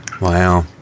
Wow